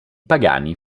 pagani